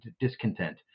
Discontent